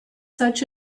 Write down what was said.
such